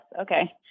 Okay